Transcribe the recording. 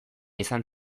izan